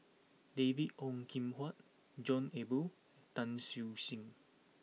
David Ong Kim Huat John Eber Tan Siew Sin